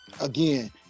Again